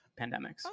pandemics